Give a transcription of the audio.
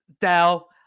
Dal